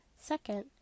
Second